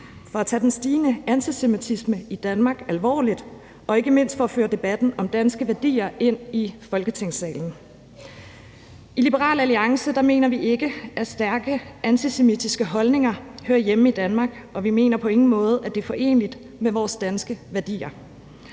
for at tage den stigende antisemitisme i Danmark alvorligt og ikke mindst for at føre debatten om danske værdier ind i Folketingssalen. I Liberal Alliance mener vi ikke, at stærke antisemitiske holdninger hører hjemme i Danmark, og vi mener på ingen måde, at det er foreneligt med vores danske værdier